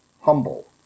humble